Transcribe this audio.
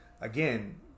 again